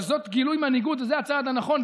שזה גילוי מנהיגות וזה הצעד הנכון,